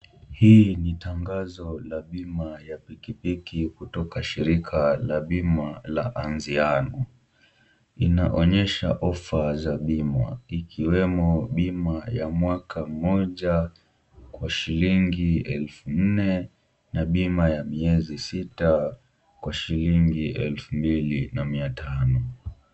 Hii ni tangazo la bima ya pikipiki kutoka shirika la bima la Anziano. Inaonyesha ofa za bima, ikiwemo bima ya mwaka mmoja kwa shilingi elfu nne na bima ya miezi sita kwa shilingi elfu mbili na mia tano.